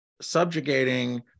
subjugating